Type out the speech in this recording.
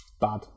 bad